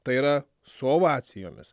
tai yra su ovacijomis